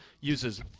uses